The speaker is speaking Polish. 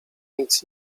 nic